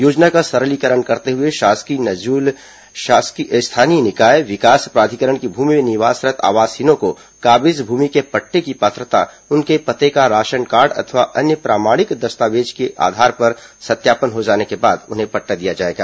योजना का सरलीकरण करते हुए शासकीय नजूल स्थानीय निकाय विकास प्राधिकरण की भूमि में निवासरत् आवासहीनों को काबिज भूमि के पट्टें की पात्रता उनके पते का राशन कार्ड अथवा अन्य प्रमाणिक दस्तावेजों की आधार पर सत्यापन हो जाने के बाद उन्हें पट्टा दिया जाएगा